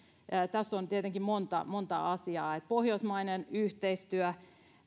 tässä on tietenkin monta monta asiaa pohjoismainen yhteistyö